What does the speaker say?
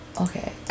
okay